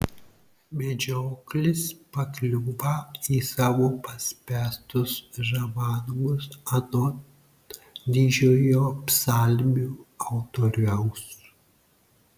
medžioklis pakliūva į savo paspęstus žabangus anot didžiojo psalmių autoriaus